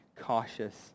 cautious